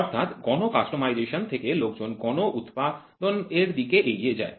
অর্থাৎ গণ কাস্টমাইজেশন থেকে লোকজন গণ উৎপাদন এর দিকে এগিয়ে যায়